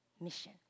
Mission